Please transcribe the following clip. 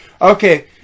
Okay